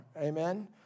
amen